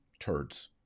turds